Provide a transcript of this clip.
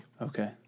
Okay